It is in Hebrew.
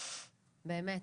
באמת.